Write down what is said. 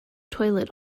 toilet